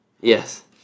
Yes